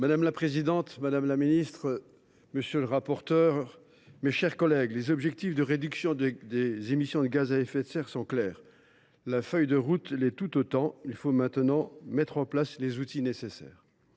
Madame la présidente, madame la ministre, mes chers collègues, les objectifs de réduction des émissions de gaz à effet de serre sont clairs. Notre feuille de route l’est tout autant. Il faut maintenant mettre en place les outils nécessaires.